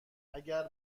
اگر